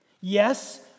Yes